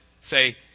say